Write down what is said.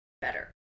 better